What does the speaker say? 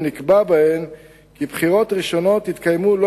ונקבע בהן כי בחירות ראשונות יתקיימו לא